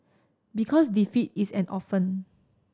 because defeat is an orphan